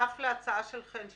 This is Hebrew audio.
בנוסף להצעה של חן פליישר,